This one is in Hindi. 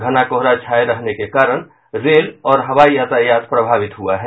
घना कोहरा छाये रहने के कारण रेल और हवाई यातायात प्रभावित हुआ है